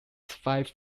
five